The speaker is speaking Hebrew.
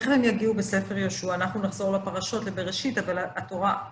איך הם יגיעו בספר יהושוע? אנחנו נחזור לפרשות לבראשית, אבל התורה...